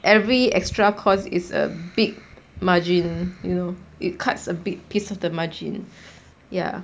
every extra cost is a big margin you know it cuts a big piece of the margin ya